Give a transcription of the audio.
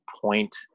point